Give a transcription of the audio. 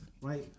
right